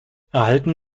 erhalten